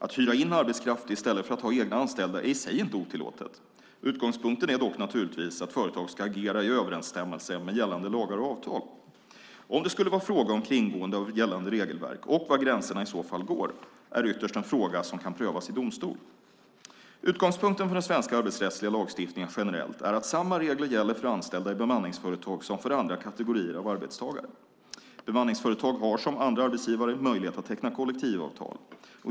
Att hyra in arbetskraft i stället för att ha egna anställda är i sig inte otillåtet. Utgångspunkten är dock naturligtvis att företag ska agera i överensstämmelse med gällande lagar och avtal. Om det skulle vara fråga om kringgående av gällande regelverk, och var gränserna i så fall går, är ytterst en fråga som kan prövas i domstol. Utgångspunkten för den svenska arbetsrättsliga lagstiftningen generellt är att samma regler gäller för anställda i bemanningsföretag som för andra kategorier av arbetstagare. Bemanningsföretag har som andra arbetsgivare möjlighet att teckna kollektivavtal.